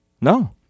No